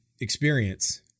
experience